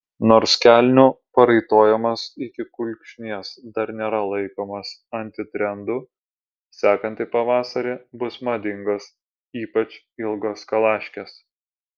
nors kelnių paraitojimas iki kulkšnies dar nėra laikomas antitrendu sekantį pavasarį bus madingos ypač ilgos kalaškės